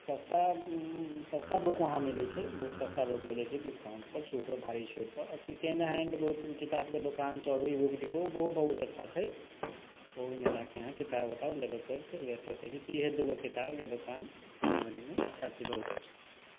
सस्ता सस्ता बुक वहाँ मिलै छै बहुत सस्ता बुक वहाँ मिलै छै डिसकाउंटपर भारी छूटपर आओर सेकेण्ड हैण्ड बुकके दोकान चौधरी बुक डीपो उहो बहुत अच्छा छै ओहोमे जाकऽ अहाँ किताब उताब लेबैके हुये तऽ लए सकै छी तऽ इहे दू गो किताबके दोकान सीतामढ़ीमे अच्छा छै बहुत अच्छा छै